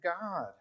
God